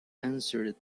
answered